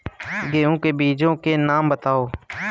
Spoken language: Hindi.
गेहूँ के बीजों के नाम बताओ?